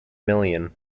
million